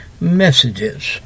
messages